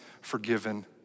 forgiven